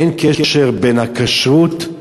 אין קשר בין הכשרות,